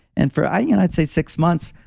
and for i'd i'd say six months,